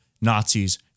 Nazis